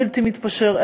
בלתי מתפשר,